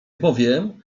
bowiem